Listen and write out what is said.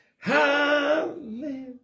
Hallelujah